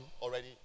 already